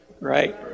right